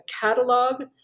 catalog